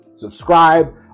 subscribe